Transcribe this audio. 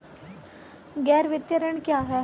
गैर वित्तीय ऋण क्या है?